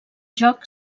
joc